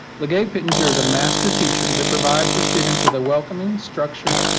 lagay pittenger is a master teacher that provides her students with a welcoming, structured,